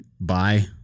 bye